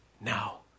now